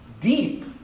deep